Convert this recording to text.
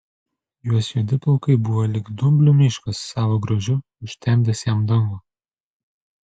jos juodi plaukai buvo lyg dumblių miškas savo grožiu užtemdęs jam dangų